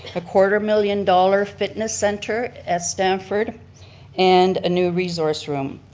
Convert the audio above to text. a quarter million dollar fitness center at stamford and a new resource room.